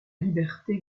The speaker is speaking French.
liberté